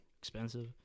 Expensive